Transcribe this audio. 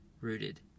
rooted